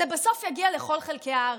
זה בסוף יגיע לכל חלקי הארץ.